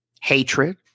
hatred